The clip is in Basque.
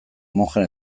mojen